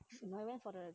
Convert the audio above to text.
I went for the